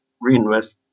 reinvest